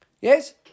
Yes